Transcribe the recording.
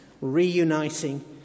reuniting